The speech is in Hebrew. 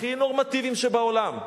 הכי נורמטיביים שבעולם,